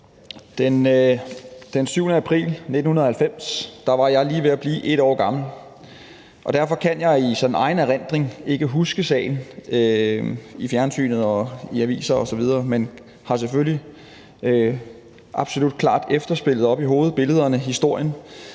Den 7. april 1990 var jeg lige ved at blive 1 år gammel. Derfor kan jeg sådan i egen erindring ikke huske sagen fra fjernsynet og aviser osv., men har selvfølgelig absolut klart efterspillet oppe i hovedet, billederne, historien.